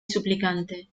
suplicante